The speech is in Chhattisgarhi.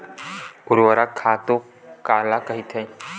ऊर्वरक खातु काला कहिथे?